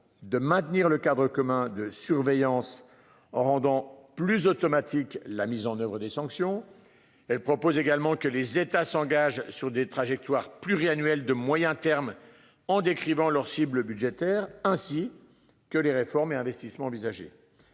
de maintenir le cadre commun de surveillance en rendant plus automatique. La mise en oeuvre des sanctions. Elle propose également que les États s'engagent sur des trajectoires pluriannuelle de moyen terme en décrivant leurs cibles budgétaires ainsi que les réformes et investissements envisagés.